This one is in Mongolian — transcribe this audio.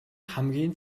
хамгийн